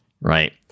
right